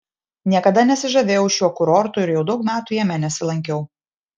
niekada nesižavėjau šiuo kurortu ir jau daug metų jame nesilankiau